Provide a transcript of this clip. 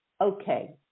okay